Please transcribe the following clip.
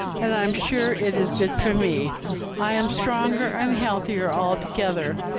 and i am sure it is good for me i am stronger and healthier altogether,